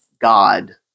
God